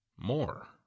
more